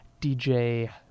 DJ